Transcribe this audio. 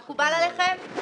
נכון.